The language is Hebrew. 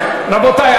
רבותי,